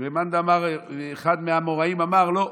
ומאן דאמר, אחד מהאמוראים אמר: לא,